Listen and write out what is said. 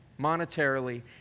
monetarily